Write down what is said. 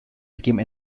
became